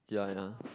yeah yeah